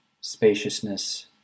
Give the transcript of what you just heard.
spaciousness